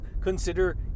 consider